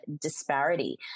disparity